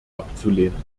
abzulehnen